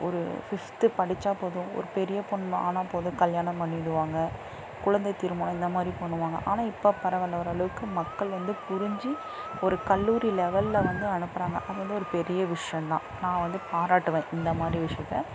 ஒரு ஃபிஃப்த்து படிச்சால் போதும் ஒரு பெரிய பொண்ணு ஆனால் போதும் கல்யாணம் பண்ணிவிடுவாங்க குழந்தை திருமணம் இந்தமாதிரி பண்ணுவாங்க ஆனால் இப்போ பரவாயில்ல ஓரளவுக்கு மக்கள் வந்து புரிஞ்சு ஒரு கல்லூரி லெவலில் வந்து அனுப்புகிறாங்க அது வந்து ஒரு பெரிய விஷயம் தான் நான் வந்து பாராட்டுவேன் இந்தமாதிரி விஷயத்த